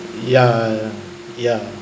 yeah yeah